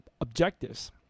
objectives